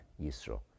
Yisro